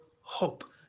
hope